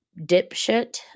dipshit